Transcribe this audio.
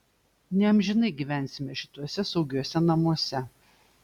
neamžinai gyvensime šituose saugiuose namuose